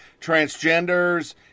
transgenders